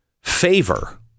favor